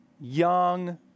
young